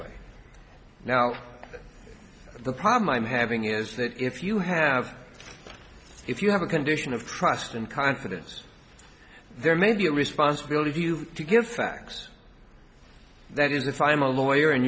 ly now the problem i'm having is that if you have if you have a condition of trust and confidence there may be a responsibility you give facts that is the family lawyer and